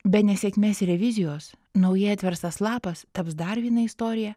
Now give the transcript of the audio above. be nesėkmės revizijos naujai atverstas lapas taps dar viena istorija